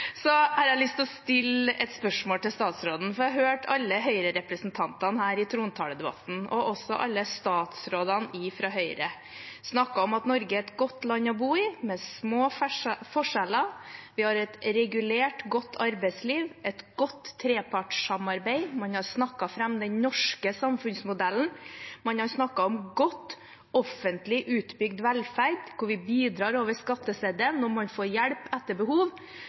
Så de tallene må en ta med en viss klype salt. Jeg takker for svaret. I og med at helseministeren begynte innlegget sitt litt mutt mot min kamerat Sverre Myrli, har jeg lyst å stille et spørsmål til statsråden. Jeg har hørt alle Høyre-representantene og alle statsrådene fra Høyre i denne trontaledebatten snakke om at Norge er et godt land å bo i, med små forskjeller. Vi har et regulert og godt arbeidsliv, et godt trepartssamarbeid. Man har snakket fram den norske samfunnsmodellen, og man